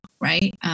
right